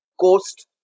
coast